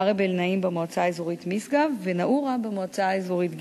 ערב-אל-נעים במועצה האזורית משגב ונעורה במועצה האזורית גלבוע.